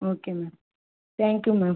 okay ma'am thank you ma'am